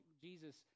Jesus